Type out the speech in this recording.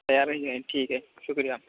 خیال رکھیے ٹھیک ہے شکریہ